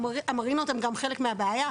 המרינות הן גם חלק מהבעיה,